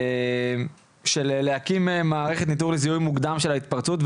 של להקים מערכת ניטור לזיהוי מוקדם של ההתפרצות,